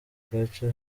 gace